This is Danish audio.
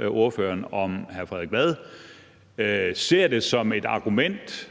ordføreren, hr. Frederik Vad, om han ser det som et argument